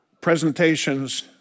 presentations